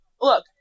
Look